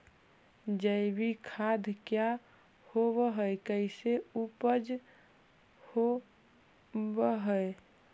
जैविक खाद क्या होब हाय कैसे उपज हो ब्हाय?